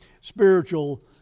spiritual